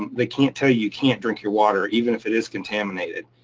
they can't tell you you can't drink your water even if it is contaminated.